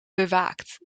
bewaakt